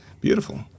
Beautiful